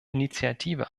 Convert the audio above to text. initiative